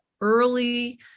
early